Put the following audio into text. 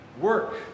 work